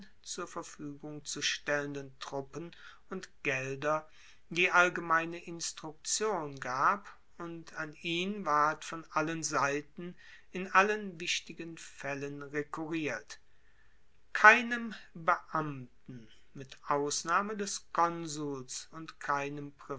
zur verfuegung zu stellenden truppen und gelder die allgemeine instruktion gab und an ihn ward von allen seiten in allen wichtigen faellen rekurriert keinem beamten mit ausnahme des konsuls und keinem